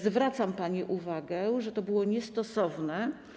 Zwracam pani uwagę, że to było niestosowne.